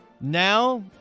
Now